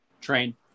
Train